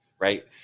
right